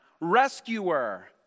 Rescuer